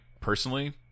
personally